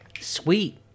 Sweet